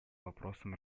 вопросам